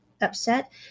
upset